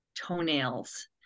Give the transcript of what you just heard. toenails